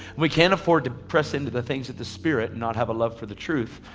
we can't afford to press into the things of the spirit and not have a love for the truth.